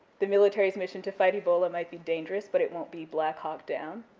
the military's mission to fight ebola might be dangerous but it won't be black hawk down,